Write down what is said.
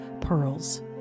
pearls